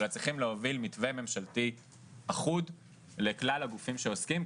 אלא אנחנו צריכים להוביל מתווה ממשלתי אחוד לכלל הגופים שעוסקים.